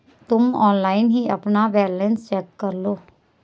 तुम ऑनलाइन ही अपना बैलन्स चेक करलो